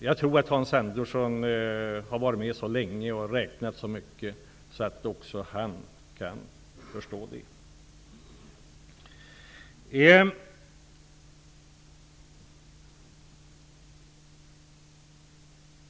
Jag tror att Hans Andersson har varit med så länge och räknat så mycket att också han kan förstå det.